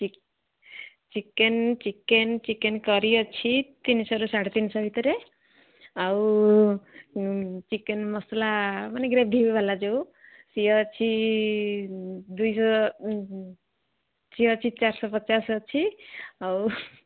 ଚ chicken chicken chicken କରି ଅଛି ତିନିଶହରୁ ସାଢ଼େ ତିନିଶହ ଭିତରେ ଆଉ ଚିକେନ ମସଲା ମାନେ ଗ୍ରେଭି ବାଲା ଯୋଉ ସିଏ ଅଛି ଦୁଇଶହ ସିଏ ଅଛି ଚାରିଶହ ପଚାଶ ଅଛି ଆଉ